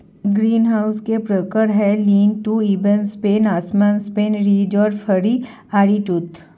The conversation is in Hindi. ग्रीनहाउस के प्रकार है, लीन टू, इवन स्पेन, असमान स्पेन, रिज और फरो, आरीटूथ